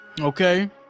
Okay